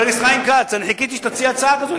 חבר הכנסת חיים כץ, אני חיכיתי שתציע הצעה כזאת.